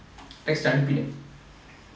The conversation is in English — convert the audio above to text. text அனுப்பிட்டன்:anupitan